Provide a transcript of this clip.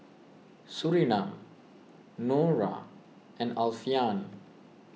Surinam Nura and Alfian